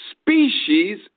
species